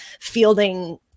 fielding